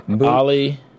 Ollie